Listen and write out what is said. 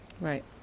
Right